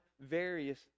various